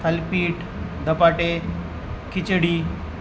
थालीपीठ धपाटे खिचडी